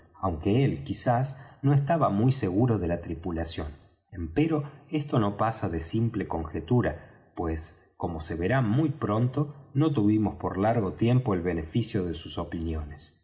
aunque él quizás no estaba muy seguro de la tripulación empero esto no pasa de simple conjetura pues como se verá muy pronto no tuvimos por largo tiempo el beneficio de sus opiniones